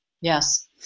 Yes